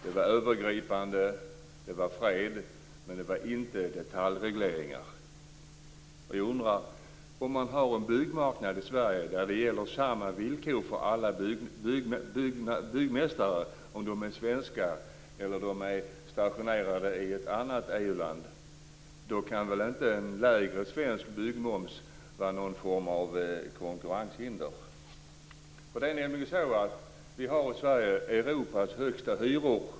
Det var något övergripande och fred, men det var inte detaljregleringar. Jag undrar: Om man har en byggmarknad i Sverige med samma villkor för alla byggmästare oavsett om de är svenska eller stationerade i ett annat EU-land, då kan väl inte en lägre svensk byggmoms vara någon form av konkurrenshinder? Det är nämligen så att vi har i Sverige Europas högsta hyror.